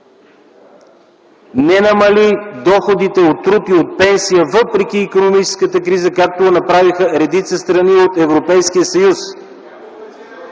не намали доходите от труд и от пенсия, въпреки икономическата криза, както направиха редица страни от Европейския съюз!